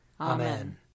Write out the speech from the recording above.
Amen